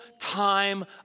time